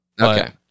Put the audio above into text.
Okay